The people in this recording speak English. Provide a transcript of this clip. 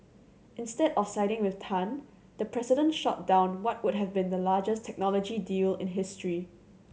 instead of siding with Tan the president shot down what would have been the largest technology deal in history